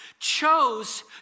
chose